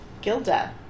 Gilda